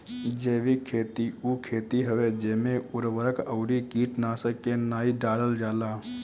जैविक खेती उ खेती हवे जेमे उर्वरक अउरी कीटनाशक के नाइ डालल जाला